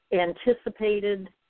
anticipated